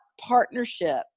partnership